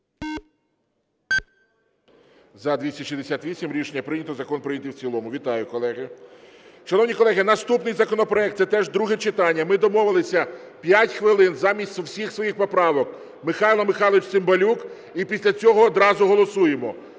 За-268 Рішення прийнято, закон прийнятий в цілому. Вітаю, колеги. Шановні колеги, наступний законопроект, це теж друге читання. Ми домовилися 5 хвилин замість всіх своїх поправок Михайло Михайлович Цимбалюк, і після цього одразу голосуємо.